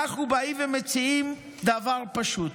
אנחנו באים ומציעים דבר פשוט,